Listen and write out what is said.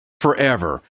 forever